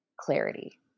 clarity